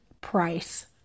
price